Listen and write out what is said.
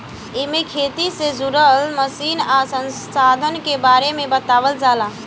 एमे खेती से जुड़ल मशीन आ संसाधन के बारे बतावल जाला